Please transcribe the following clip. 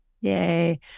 Yay